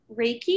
Reiki